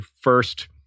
first